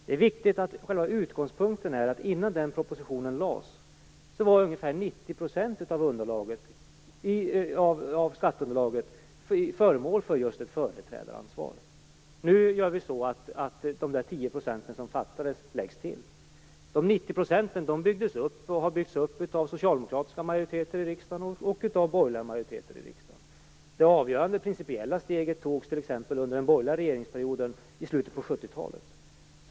Det är viktigt att ha som utgångspunkt att ungefär 90 % av skatteunderlaget var föremål för ett företrädaransvar innan propositionen lades fram. Nu lägger vi till de 10 % som fattades. De 90 procenten har byggts upp av socialdemokratiska och borgerliga majoriteter i riksdagen. Det avgörande principiella steget togs t.ex. under den borgerliga regeringsperioden i slutet på 70-talet.